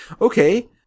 okay